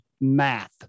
math